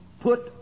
put